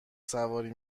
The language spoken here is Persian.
سواری